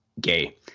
gay